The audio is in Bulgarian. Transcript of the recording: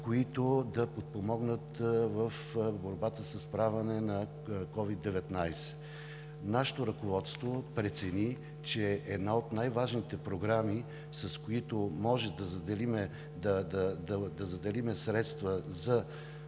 които да подпомогнат в борбата със справяне с COVID-19. Нашето ръководство прецени, че една от най-важните програми, с които може да заделим средства за